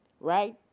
right